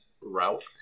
route